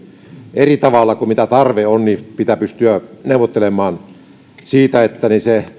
eri tavalla kuin mitä tarve on niin pitää pystyä neuvottelemaan siitä että